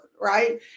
right